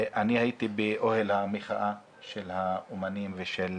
אני הייתי באוהל המחאה של האומנים ושל